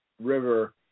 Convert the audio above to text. river